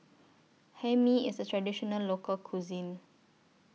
Hae Mee IS A Traditional Local Cuisine